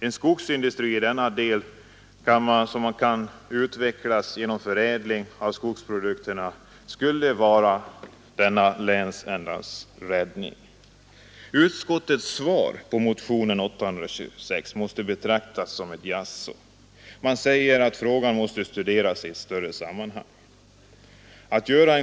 En skogsindustri i denna del, där man kunde utveckla förädlingen av skogsprodukterna, skulle vara denna länsändas räddning. Utskottets svar på motionen 826 måste betecknas som ett jaså. Man säger att frågan måste studeras i ett större sammanhang.